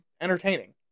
entertaining